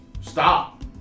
stop